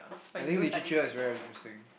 I think literature is very interesting